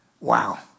Wow